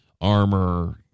armor